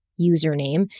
username